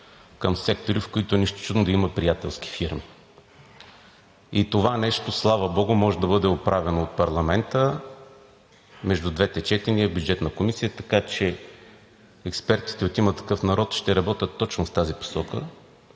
към сектори, в които нищо чудно да има приятелски фирми. Това нещо, слава богу, може да бъде оправено от парламента между двете четения – в Бюджетната комисия. Така че експертите от „Има такъв народ“ ще работят точно в тази посока,